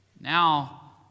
Now